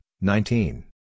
nineteen